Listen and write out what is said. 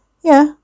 Yeah